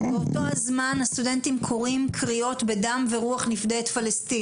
באותו זמן הסטודנטים קוראים קריאות בדם ורוח נפדה את פלשתין.